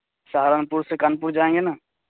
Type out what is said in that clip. سہارنپور سے کانپور جائیں گے نا